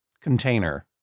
container